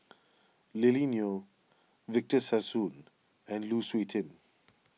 Lily Neo Victor Sassoon and Lu Suitin